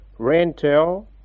Rantel